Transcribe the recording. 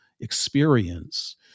experience